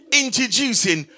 introducing